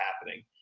happening